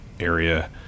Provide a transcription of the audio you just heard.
area